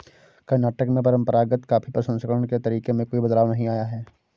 कर्नाटक में परंपरागत कॉफी प्रसंस्करण के तरीके में कोई बदलाव नहीं आया है